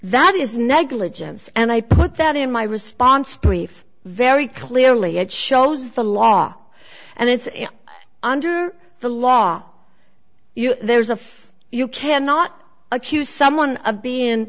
that is negligence and i put that in my response brief very clearly it shows the law and it's under the law there's a you cannot accuse someone of being